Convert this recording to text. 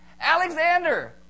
Alexander